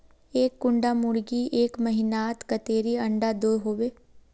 एक कुंडा मुर्गी एक महीनात कतेरी अंडा दो होबे?